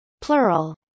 Plural